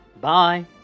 Bye